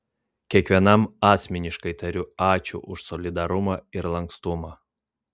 kiekvienam asmeniškai tariu ačiū už solidarumą ir lankstumą